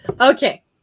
Okay